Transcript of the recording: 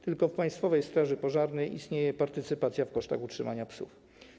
Tylko w Państwowej Straży Pożarnej istnieje partycypacja w kosztach utrzymania psów.